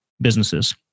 businesses